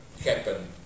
happen